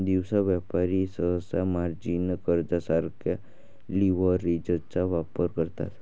दिवसा व्यापारी सहसा मार्जिन कर्जासारख्या लीव्हरेजचा वापर करतात